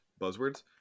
buzzwords